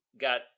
got